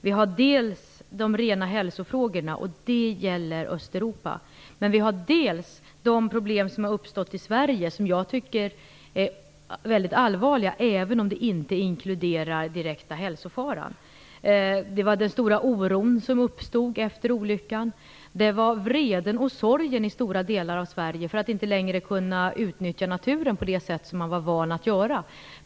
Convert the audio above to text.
Vi har dels de rena hälsofrågorna, och de gäller Östeuropa, dels de problem som har uppstått i Sverige och som jag också tycker är väldigt allvarliga, även om de inte inkluderar direkta hälsofaror. Det var den stora oron som uppstod efter olyckan. Det var vreden och sorgen i stora delar av Sverige över att man inte längre kunde utnyttja naturen på det sätt som man var van att göra.